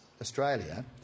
Australia